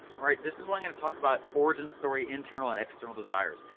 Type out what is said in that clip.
this is where i'm gonna talk about origin story internal and external desires.